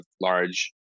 large